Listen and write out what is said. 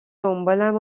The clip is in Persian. دنبالم